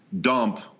dump